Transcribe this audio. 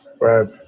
right